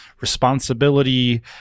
responsibility